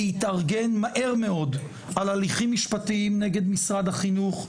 להתארגן מהר מאוד על הליכים משפטיים נגד משרד החינוך.